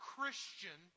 Christian